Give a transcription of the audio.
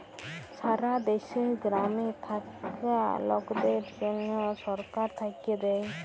সারা দ্যাশে গ্রামে থাক্যা লকদের জনহ সরকার থাক্যে দেয়